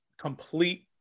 complete